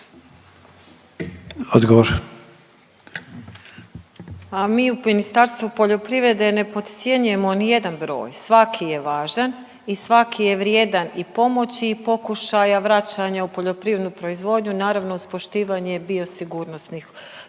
A mi u Ministarstvu poljoprivrede ne podcjenjujemo ni jedan broj, svaki je važan i svaki je vrijedan i pomoći i pokušaja vraćanja u poljoprivrednu proizvodnju naravno uz poštivanje biosigurnosnih